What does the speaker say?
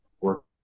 work